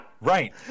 Right